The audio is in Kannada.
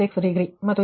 4ಡಿಗ್ರಿ ಇದು 0